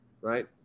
right